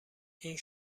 این